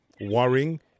worrying